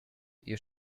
you